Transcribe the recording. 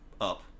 up